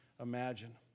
imagine